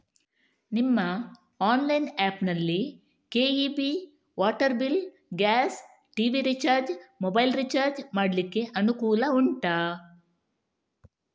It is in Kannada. ನಿಮ್ಮ ಆನ್ಲೈನ್ ಆ್ಯಪ್ ನಲ್ಲಿ KEB, water bill, gas, TV recharge, mobile recharge ಮಾಡ್ಲಿಕ್ಕೆ ಅನುಕೂಲ ಉಂಟಾ